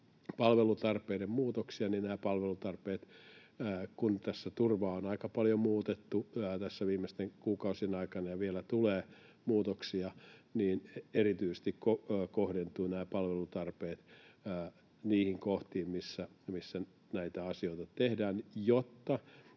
palvelutarpeet — kun turvaa on aika paljon muutettu tässä viimeisten kuukausien aikana ja vielä tulee muutoksia — erityisesti kohdentuvat niihin kohtiin, missä näitä asioita tehdään,